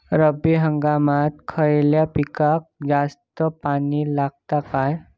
रब्बी हंगामात खयल्या पिकाक जास्त पाणी लागता काय?